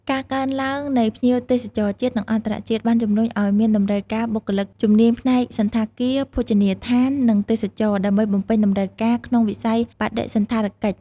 ការកើនឡើងនៃភ្ញៀវទេសចរជាតិ និងអន្តរជាតិ បានជំរុញឱ្យមានតម្រូវការបុគ្គលិកជំនាញផ្នែកសណ្ឋាគារ ភោជនីយដ្ឋាន និងទេសចរណ៍ ដើម្បីបំពេញតម្រូវការក្នុងវិស័យបដិសណ្ឋារកិច្ច។